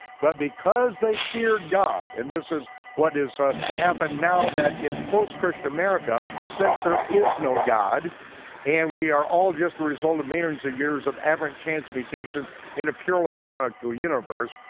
but because they feared god, and this is what is happened now that in post-christian america, since there is no god and we are all just the result of millions of years of aberrant chance mutations in a purely mechanical universe,